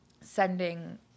sending